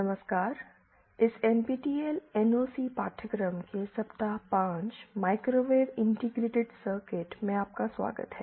नमस्कार इस NPTEL NOC पाठ्यक्रम के सप्ताह 5 माइक्रोवेव इंटीग्रेटेड सर्किट में आपका स्वागत है